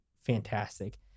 fantastic